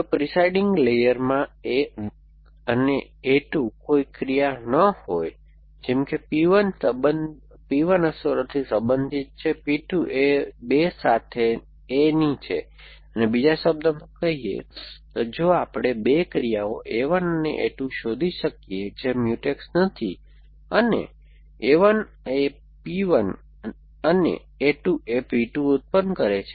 જો પ્રિસાઇડિંગ લેયરમાં 1 અને a 2 કોઈ ક્રિયાઓ ન હોય જેમ કે P 1 અસરોથી સંબંધિત છે P 2 એ 2 સાથે a ની છે અને બીજા શબ્દોમાં કહીએ તો જો આપણે 2 ક્રિયાઓ a 1 અને a 2 શોધી શકીએ જે મ્યુટેક્સ નથી અને a 1 એ p 1 અને a 2 એ p 2 ઉત્પન્ન કરે છે